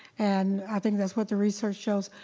and i think that's what the research shows.